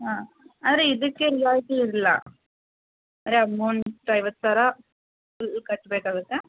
ಹಾಂ ಆದರೆ ಇದಕ್ಕೆ ರಿಯಾಯಿತಿ ಇಲ್ಲ ಅಂದರೆ ಅಮೌಂಟ್ ಐವತ್ತು ಸಾವಿರ ಫುಲ್ ಕಟ್ಟಬೇಕಾಗುತ್ತೆ